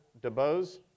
DeBose